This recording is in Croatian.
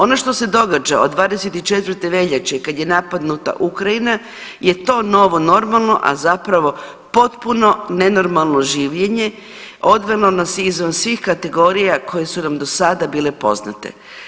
Ono što se događa od 24. veljače kad je napadnuta Ukrajina je to novo normalno, a zapravo potpuno nenormalno življenje odvelo nas je izvan svih kategorija koje su nam do sada bile poznate.